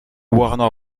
warner